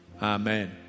amen